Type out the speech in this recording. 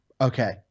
okay